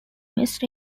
west